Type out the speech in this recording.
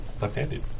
Left-handed